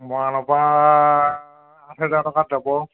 মৰাণৰ পৰা আঠ হেজাৰ টকাত যাব